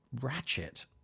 ratchet